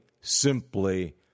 simply